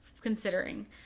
considering